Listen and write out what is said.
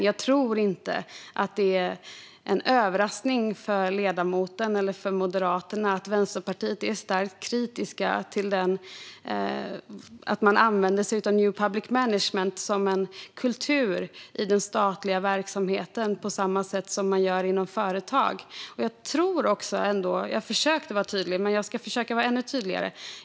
Jag tror inte att det är en överraskning för ledamoten eller för Moderaterna att Vänsterpartiet är starkt kritiska till att man använder sig av new public management som en kultur i den statliga verksamheten på samma sätt som man gör inom företag. Jag försökte vara tydlig, men jag ska försöka vara ännu tydligare.